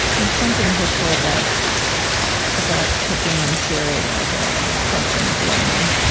there's something hopeful about about taking in fury as a function of learning